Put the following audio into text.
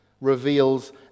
reveals